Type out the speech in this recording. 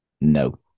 No